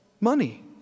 money